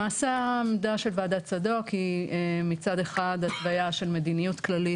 למעשה העמדה של ועדת צדוק היא מצד אחד התוויה של מדיניות כללית